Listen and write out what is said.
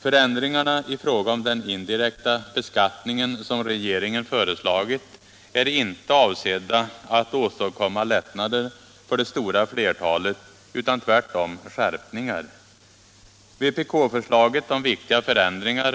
Förändringarna i fråga om den indirekta beskattning som regeringen föreslagit är inte avsedda att åstadkomma lättnader för det stora flertalet utan tvärtom skärpningar. Vpk-förslaget om viktiga förändringar